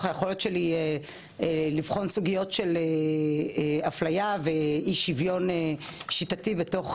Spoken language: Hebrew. היכולת שלי לבחון סוגיות של אפליה ואי שוויון שיטתי בתוך